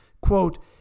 quote